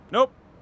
Nope